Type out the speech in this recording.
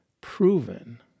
proven